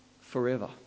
forever